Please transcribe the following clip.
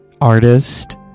artist